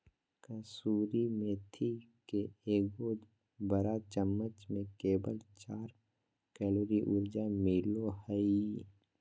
कसूरी मेथी के एगो बड़ चम्मच में केवल चार कैलोरी ऊर्जा मिलो हइ